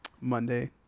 Monday